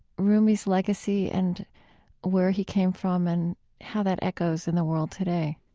rumi's legacy and where he came from and how that echoes in the world today?